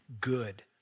good